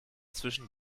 zwischen